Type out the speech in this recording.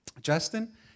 Justin